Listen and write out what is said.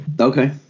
Okay